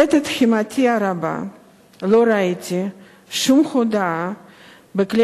לתדהמתי הרבה לא ראיתי שום הודעה בכלי